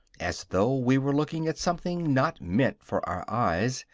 as though we were looking at something not meant for our eyes,